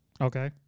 Okay